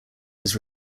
his